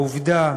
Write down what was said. העובדה